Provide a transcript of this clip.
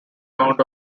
amount